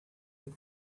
that